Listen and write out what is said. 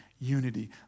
unity